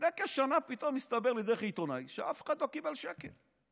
לפני כשנה פתאום הסתבר לי דרך עיתונאי שאף אחד לא קיבל שקל.